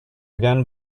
again